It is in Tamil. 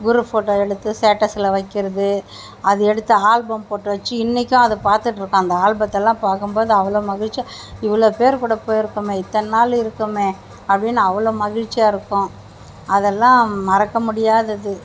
குரூப் போட்டோ எடுத்து ஸ்டேட்டஸ்லாம் வைக்கிறது அது எடுத்து ஆல்பம் போட்டு வச்சு இன்னைக்கும் அதை பார்த்துட்டு இருக்கோம் அந்த ஆல்பத்தலாம் பார்க்கும்போது அவ்வளோ மகிழ்ச்சியாக இவ்வளோ பேர் கூட போய்ருக்கோமே இத்தனைநாளு இருக்கோம் அப்படின்னு அவ்வளோ மகிழ்ச்சியாக இருக்கும் அதலாம் மறக்க முடியாது